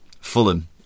Fulham